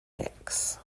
mix